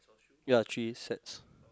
ya three sets